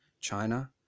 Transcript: China